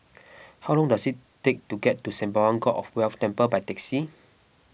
how long does it take to get to Sembawang God of Wealth Temple by taxi